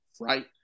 right